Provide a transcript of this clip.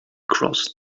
crossed